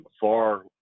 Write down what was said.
far